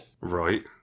Right